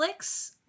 Netflix